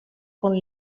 con